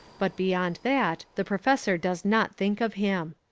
but beyond that the professor does not think of him.